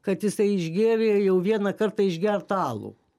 kad jisai išgėrė jau vieną kartą išgertą alų